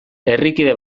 herrikide